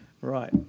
right